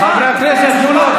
חברי הכנסת, תנו לו.